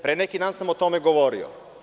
Pre neki dan sam o tome govorio.